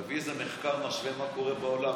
תביא איזה מחקר משווה על מה קורה בעולם.